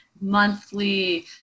monthly